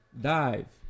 dive